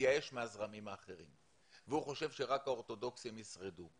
התייאש מהזרמים האחרים והוא חושב שרק האורתודוכסים ישרדו.